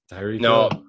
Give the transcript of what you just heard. No